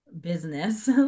business